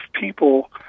people